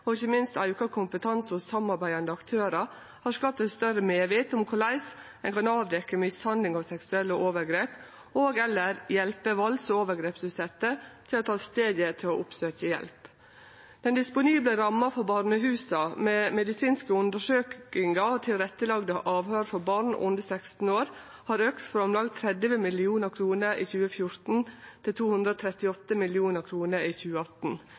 og ikkje minst auka kompetanse hos samarbeidande aktørar, har skapt eit større medvit om korleis ein kan avdekkje mishandling og seksuelle overgrep og/eller hjelpe valds- og overgrepsutsette til å ta steget til å oppsøkje hjelp. Den disponible ramma for barnehusa, med medisinske undersøkingar og tilrettelagde avhøyr for barn under 16 år, har auka frå om lag 30 mill. kr i 2014 til 238 mill. kr i 2018.